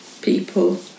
people